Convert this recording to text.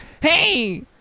hey